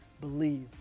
Believe